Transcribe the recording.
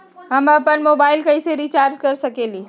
हम अपन मोबाइल कैसे रिचार्ज कर सकेली?